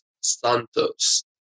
Santos